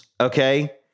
Okay